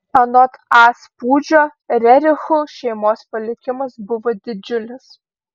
anot a spūdžio rerichų šeimos palikimas buvo didžiulis